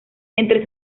entre